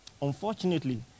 Unfortunately